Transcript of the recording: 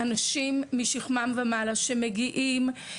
אנשים משכמם ומעלה שמגיעים,